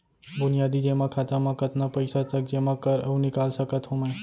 बुनियादी जेमा खाता म कतना पइसा तक जेमा कर अऊ निकाल सकत हो मैं?